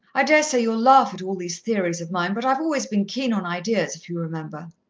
i daresay you'll laugh at all these theories of mine, but i've always been keen on ideas, if you remember.